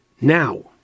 Now